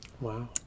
Wow